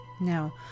Now